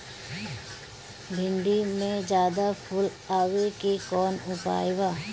भिन्डी में ज्यादा फुल आवे के कौन उपाय बा?